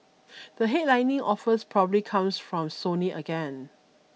the headlining offers probably comes from Sony again